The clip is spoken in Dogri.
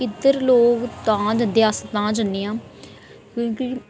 इद्धर लोग तां जन्दे अस तां जन्ने आं क्योंकि